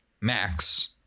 Max